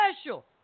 special